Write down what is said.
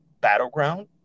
battleground